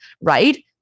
right